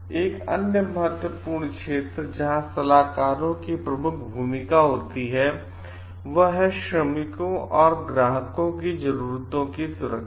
एक अन्य महत्वपूर्ण क्षेत्र जहां सलाहकारों की प्रमुख भूमिका होती है वह है श्रमिकों और ग्राहक की जरूरतों की सुरक्षा